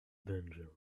danger